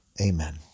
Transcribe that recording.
Amen